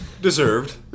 Deserved